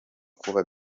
kuba